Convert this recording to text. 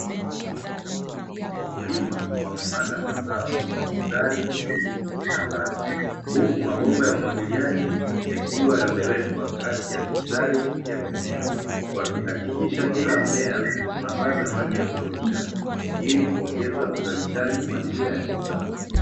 Wakulima wamepanda mazao kwa mistari mizuri shambani. Huku mabomba ya umwagiliyaji yakiwa yamewekwa kati ya mistari ya mimea. Wakihakikisha kila mmea unapata maji ya kutosha, ili kuongeza uzalishaji kwa njia ya kisasa.